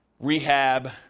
rehab